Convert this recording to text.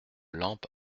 lampe